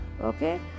Okay